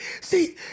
See